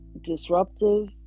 disruptive